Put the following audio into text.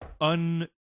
un